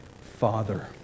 Father